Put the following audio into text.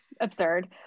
absurd